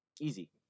Easy